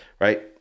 right